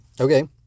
Okay